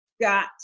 got